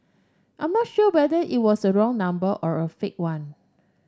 I'm not sure whether it was a wrong number or a fake one